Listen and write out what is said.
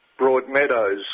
Broadmeadows